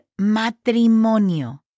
matrimonio